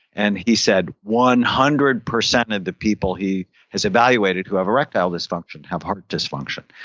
and he said, one hundred percent of the people he has evaluated who have erectile dysfunction have heart dysfunction,